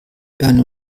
ernie